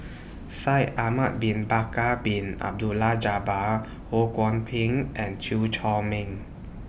Shaikh Ahmad Bin Bakar Bin Abdullah Jabbar Ho Kwon Ping and Chew Chor Meng